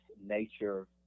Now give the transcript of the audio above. nature